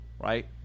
right